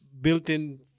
built-in